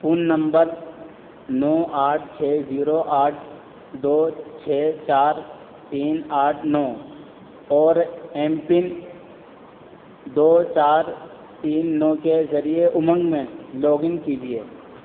phone number نو آٹھ چھ زیرو آٹھ دو چھ چار تین آٹھ نو اور ایم پن دو چار تین نو کے ذریعے امنگ میں لاگ ان کیجیے